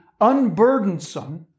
unburdensome